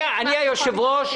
אני היושב-ראש,